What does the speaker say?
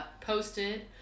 posted